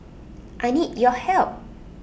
I need your help